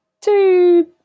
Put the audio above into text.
two